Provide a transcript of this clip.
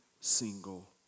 single